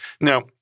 Now—